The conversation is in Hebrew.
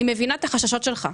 אני מבינה את החששות שלך.